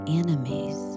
enemies